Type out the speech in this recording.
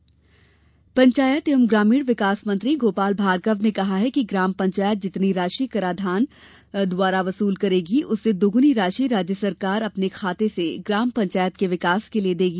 गोपाल भार्गव पंचायत एवं ग्रामीण विकास मंत्री गोपाल भार्गव ने कहा है कि ग्राम पंचायत जितनी राशि कराधान द्वारा वसूल करेगी उससे दोगुनी राशि राज्य सरकार अपने खाते से ग्राम पंचायत के विकास के लिये देगी